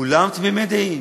כולם תמימי דעים: